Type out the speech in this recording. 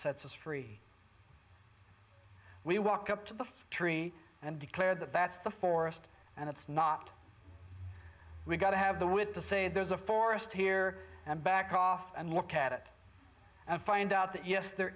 sets us free we walk up to the tree and declare that that's the forest and it's not we've got to have the wit to say there's a forest here and back off and look at it and find out that yes there